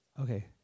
Okay